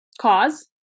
cause